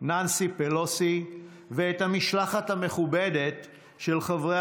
ננסי פלוסי ואת המשלחת המכובדת של חברי